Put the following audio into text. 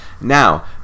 now